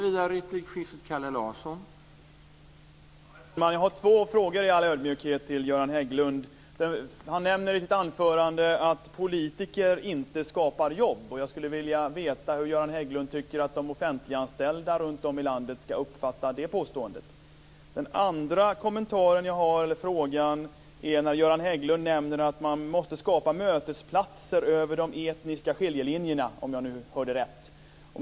Herr talman! Jag har två frågor i all ödmjukhet till Han nämner i sitt anförande att politiker inte skapar jobb. Jag skulle vilja veta hur Göran Hägglund tycker att de offentliganställda runtom i landet ska uppfatta det påståendet. Min andra fråga rör det Göran Hägglund säger om att man måste skapa mötesplatser över de etniska skiljelinjerna, om jag nu hörde rätt.